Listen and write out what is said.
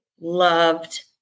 loved